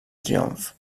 triomfs